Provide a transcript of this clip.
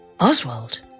Oswald